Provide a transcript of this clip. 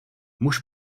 muž